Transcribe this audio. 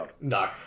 No